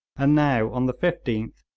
and now, on the fifteenth,